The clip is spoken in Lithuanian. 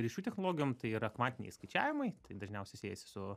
ryšių technologijom tai yra kvantiniai skaičiavimai dažniausiai siejasi su